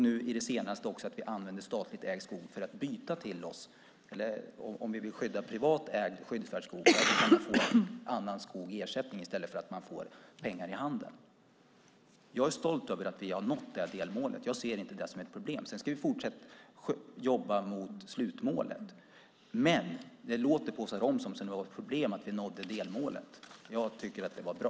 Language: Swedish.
Nu är det senaste att vi använder statligt ägd skog för att byta till oss annat. Om vi vill skydda privat ägd skyddsvärd skog kan man få annan skog i ersättning i stället för att man får pengar i handen. Jag är stolt över att vi har nått det här delmålet. Jag ser inte det som ett problem. Sedan ska vi fortsätta att jobba mot slutmålet. Men det låter på Åsa Romson som att det var ett problem att vi nådde delmålet. Jag tycker att det var bra.